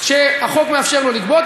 שהחוק מאפשר לו לגבות.